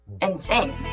insane